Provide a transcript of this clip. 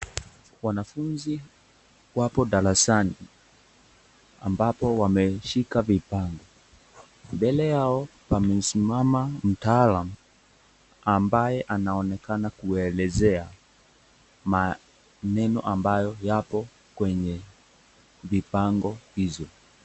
Wanafunzi wapo darasani ambapo wameshika vifaa. Mbele yao pamesimama mtaalamu, ambaye anaonekana kuwaelezea maneno ambayo yapo kwenye vibango hizo.